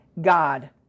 God